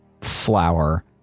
flower